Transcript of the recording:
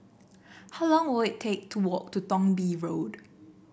how long will it take to walk to Thong Bee Road